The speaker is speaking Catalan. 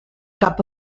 cap